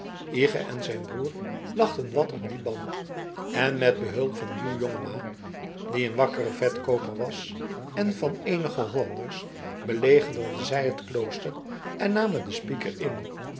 en zijn broers lachten wat om dien ban en met behulp van juw jongema die een wakkere vetkooper was en van eenige hollanders belegerden zij het klooster en namen den spiker in